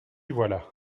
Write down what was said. voilà